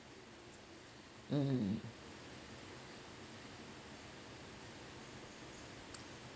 mm